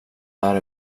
här